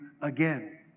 again